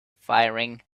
firing